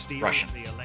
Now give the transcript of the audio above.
Russian